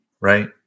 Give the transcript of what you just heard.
right